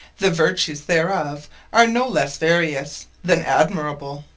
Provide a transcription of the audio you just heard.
the vertues thereof are no lesse various, then admirable.